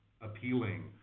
appealing